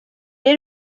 est